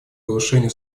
повышению